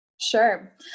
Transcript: Sure